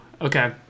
okay